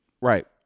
right